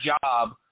job